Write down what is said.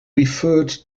referred